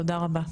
תודה רבה.